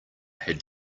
had